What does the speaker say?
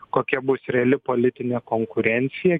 kokia bus reali politinė konkurencija